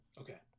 Okay